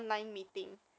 mm